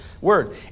word